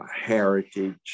heritage